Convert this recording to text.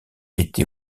été